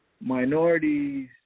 Minorities